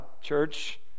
church